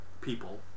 people